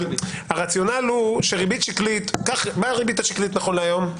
מה הריבית השקלית נכון להיום?